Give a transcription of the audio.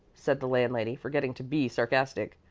said the landlady, forgetting to be sarcastic.